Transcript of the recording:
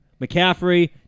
McCaffrey